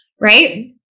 Right